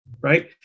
right